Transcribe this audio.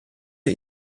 are